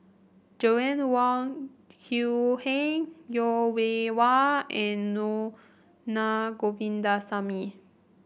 Joanna Wong Quee Heng Yeo Wei Wei and nor Na Govindasamy